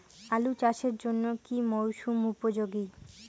আলু চাষের জন্য কি মরসুম উপযোগী?